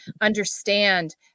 understand